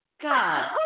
God